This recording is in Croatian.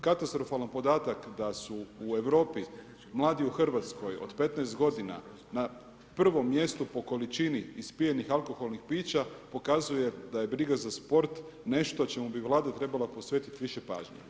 Katastrofalan podatak da su u Europi mladi u Hrvatskoj od 15 godina na prvom mjestu po količini ispijenih alkoholnih pića pokazuje da je briga za sport nešto čemu bi Vlada trebala posvetiti više pažnje.